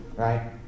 Right